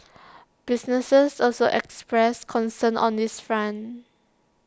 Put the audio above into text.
businesses also expressed concern on this front